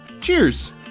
Cheers